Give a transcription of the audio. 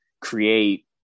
create